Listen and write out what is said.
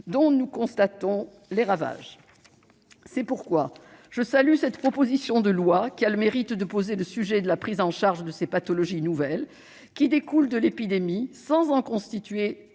dont nous constatons les ravages. C'est pourquoi je salue cette proposition de loi, qui a le mérite de poser le sujet de la prise en charge de ces pathologies nouvelles découlant de l'épidémie sans en constituer